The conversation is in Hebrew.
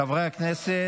חברי הכנסת,